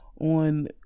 on